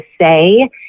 say